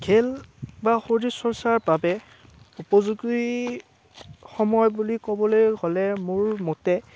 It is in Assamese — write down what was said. খেল বা শৰীৰ চৰ্চাৰ বাবে উপযোগী সময় বুলি ক'বলৈ হ'লে মোৰ মতে